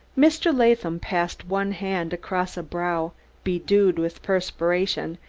mr. latham passed one hand across a brow bedewed with perspiration,